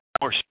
more